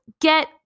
get